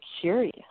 curious